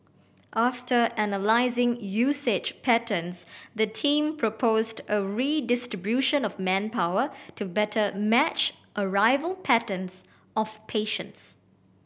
after analysing usage patterns the team proposed a redistribution of manpower to better match arrival patterns of patients